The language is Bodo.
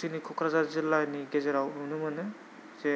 जोंनि क'क्राझार जिलानि गेजेराव नुनो मोनो जे